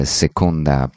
seconda